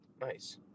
Nice